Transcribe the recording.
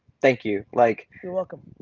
thank you. like you're welcome.